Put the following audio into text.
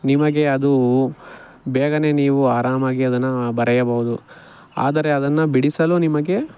ನಿಮಗೆ ಅದು ಬೇಗನೆ ನೀವು ಆರಾಮಾಗಿ ಅದನ್ನು ಬರೆಯಬಹುದು ಆದರೆ ಅದನ್ನು ಬಿಡಿಸಲು ನಿಮಗೆ